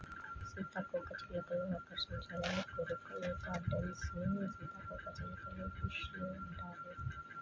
సీతాకోకచిలుకలు ఆకర్షించాలని కోరుకునే గార్డెన్స్ ని సీతాకోకచిలుక బుష్ లు అంటారు